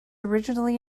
originally